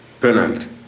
penalty